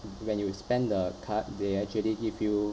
when you spend the card they actually give you